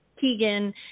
Keegan